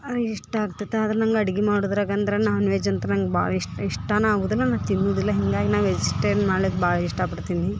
ಅದು ಇಷ್ಟ ಆಗ್ತೈತ ಆದ್ರ ನಂಗೆ ಅಡ್ಗಿ ಮಾಡುದ್ರಾಗಂದ್ರ ನಾನ್ ವೆಜ್ ಅಂತ್ರು ನಂಗೆ ಭಾಳ ಇಷ್ಟ ಇಷ್ಟಾನ ಆಗುದಿಲ್ಲ ನಾ ಅದು ತಿನ್ನುದಿಲ್ಲ ಹೀಗಾಗಿ ನಾ ವೆಜಿಟೇರ್ಯನ್ ಮಾಡ್ಲಿಕ್ಕೆ ಭಾಳ ಇಷ್ಟಪಡ್ತೀನಿ